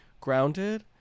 grounded